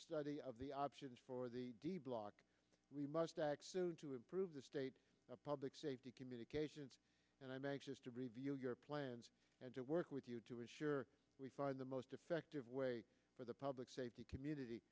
study of the options for the d block we must act soon to improve the state of public safety communications and i'm anxious to review your plans and to work with you to ensure we find the most effective way for the public safety community